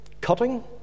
cutting